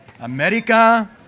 America